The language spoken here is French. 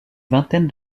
vingtaine